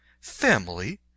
Family